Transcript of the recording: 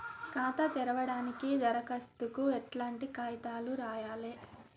ఖాతా తెరవడానికి దరఖాస్తుకు ఎట్లాంటి కాయితాలు రాయాలే?